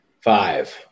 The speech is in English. Five